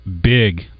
big